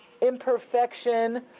imperfection